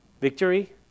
victory